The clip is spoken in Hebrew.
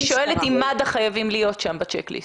אני שואלת עם מד"א חייב להיות בצ'ק ליסט.